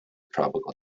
tropical